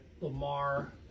Lamar